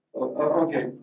Okay